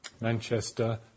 Manchester